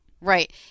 Right